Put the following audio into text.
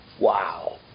Wow